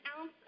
ounce